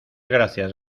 gracias